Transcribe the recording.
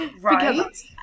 right